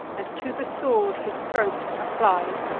and to the sword his throat applied.